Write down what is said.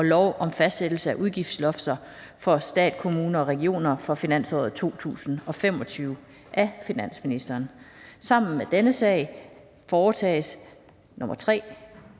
til lov om fastsættelse af udgiftslofter for stat, kommuner og regioner for finansåret 2026. Af finansministeren (Nicolai Wammen). (Fremsættelse